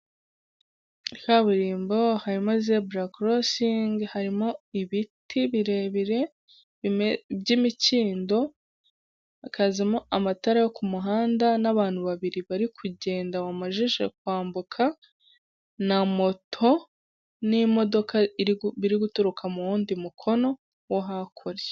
Kaburimbo harimo zebura kurosingi, harimo ibiti birebire by'imikindo. Hakazamo amatara yo ku muhanda n'abantu babiri bari kugenda bamajije kwambuka, na moto n'imodoka biri guturuka mu wundi mukono wo hakurya.